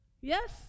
Yes